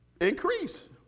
increase